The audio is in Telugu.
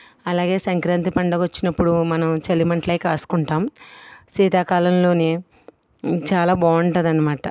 అలాగే సంక్రాంతి పండగ వచ్చినప్పుడు మనం చలిమంటలు అవి కాచుకుంటాం శీతాకాలంలో చాలా బాగుంటుంది అన్నమాట